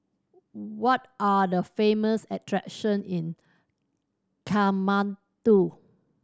what are the famous attraction in Kathmandu